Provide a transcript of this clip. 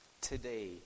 today